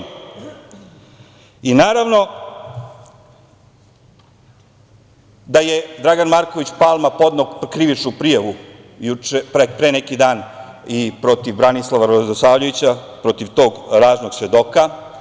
Naravno, da je Dragan Marković Palma, podneo krivičnu prijavu pre neki dan protiv Branislava Radosavljevića, protiv tog lažnog svedoka.